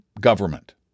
government